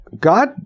God